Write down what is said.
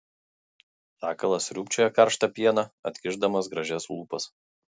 sakalas sriūbčioja karštą pieną atkišdamas gražias lūpas